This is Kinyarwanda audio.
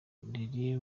riri